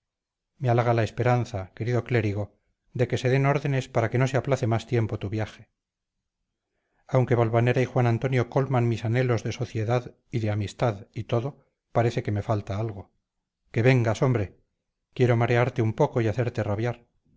me halaga la esperanza querido clérigo de que se den órdenes para que no se aplace más tiempo tu viaje aunque valvanera y juan antonio colman mis anhelos de sociedad y de amistad y todo parece que me falta algo que vengas hombre quiero marearte un poco y hacerte rabiar